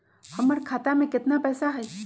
हमर खाता में केतना पैसा हई?